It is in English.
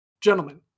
gentlemen